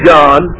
John